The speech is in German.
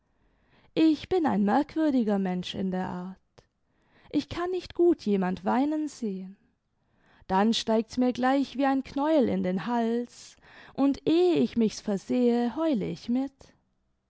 ich bin ein merkwürdiger mensch in der art ich kann nicht gut jemand weinen sehen dann steigt's mir gleich wie ein knäuel in den hals und ehe ich michs versehe heule ich mit